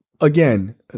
again